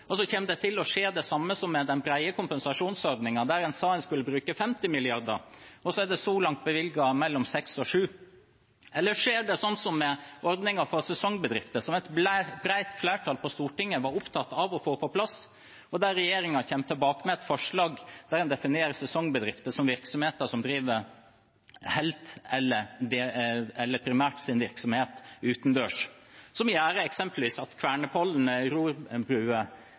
Det kommer til å skje det samme som med den brede kompensasjonsordningen, der en sa en skulle bruke 50 mrd. kr, og så er det så langt bevilget mellom 6 mrd. og 7 mrd. kr. Eller så skjer det som med ordningen for sesongbedrifter, som et bredt flertall på Stortinget var opptatt av å få på plass: Der kommer regjeringen tilbake med et forslag der en definerer sesongbedrifter som virksomheter som driver primært utendørs, noe som eksempelvis gjør at Kvernepollen rorbuer, som